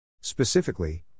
specifically